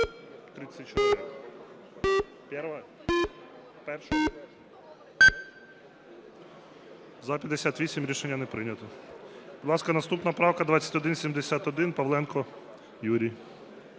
За-58 Рішення не прийнято. Будь ласка, наступна правка 2171. Павленко Юрій.